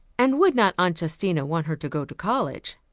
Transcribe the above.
and would not aunt justina want her to go to college?